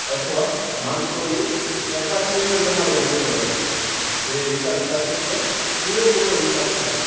અથવા માણસોની ચકાસણી પણ તમારે નહીં કરવા જવી પડે જે હિસાબ થશે તે પૂરેપૂરો હિસાબ થશે